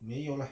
没有 lah